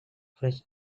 fresh